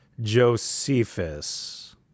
Josephus